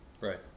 Right